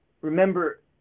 remember